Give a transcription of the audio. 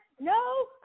No